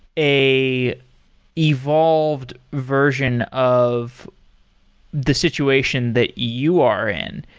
a evolved version of the situation that you are in.